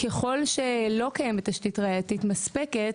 ככל שלא קיימת תשתית ראייתית מספקת